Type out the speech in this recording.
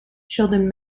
sheldon